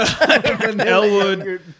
Elwood